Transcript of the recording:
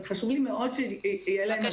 אז חשוב לי מאוד שיהיה להם את הזמן.